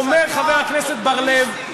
אומר חבר הכנסת בר-לב,